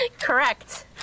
Correct